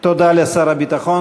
תודה לשר הביטחון.